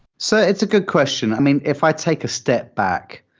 so it's a good question. i mean, if i take a step back,